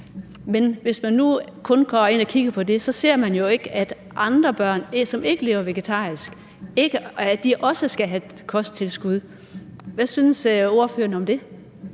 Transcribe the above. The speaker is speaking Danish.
Men hvis man nu kun går ind og kigger på det, ser man jo ikke, at andre børn, som ikke lever vegetarisk, også skal have kosttilskud. Hvad synes ordføreren om det?